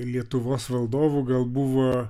lietuvos valdovų gal buvo